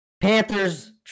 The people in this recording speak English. Panthers